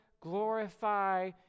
glorify